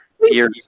years